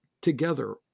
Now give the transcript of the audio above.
together